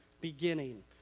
beginning